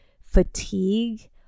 fatigue